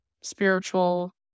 spiritual